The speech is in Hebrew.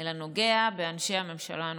אלא נוגע באנשי הממשלה הנוכחית.